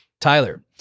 Tyler